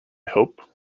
hope